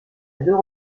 deux